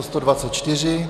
124.